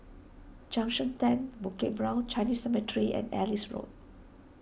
Junction ten Bukit Brown Chinese Cemetery and Ellis Road